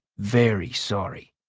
very sorry.